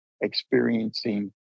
experiencing